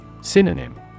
Synonym